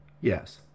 Yes